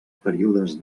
períodes